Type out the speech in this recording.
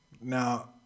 Now